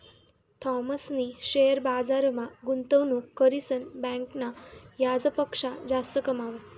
थॉमसनी शेअर बजारमा गुंतवणूक करीसन बँकना याजपक्सा जास्त कमावात